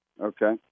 Okay